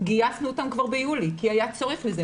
גייסנו אותם כבר ביולי כי היה צורך בזה,